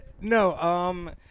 No